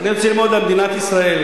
אני רוצה ללמוד ממדינת ישראל.